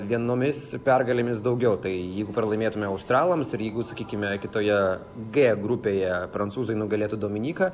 vienomis pergalėmis daugiau tai jeigu pralaimėtume australams ir jeigu sakykime kitoje g grupėje prancūzai nugalėtų dominiką